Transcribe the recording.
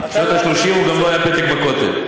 בשנות ה-30 הוא גם לא היה פתק בכותל.